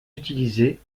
utilisées